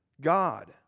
God